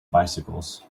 bicycles